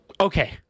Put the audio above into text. Okay